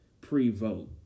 pre-vote